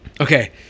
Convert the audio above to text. okay